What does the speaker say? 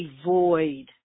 avoid